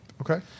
Okay